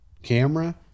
camera